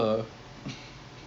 so um